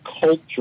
culture